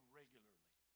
regularly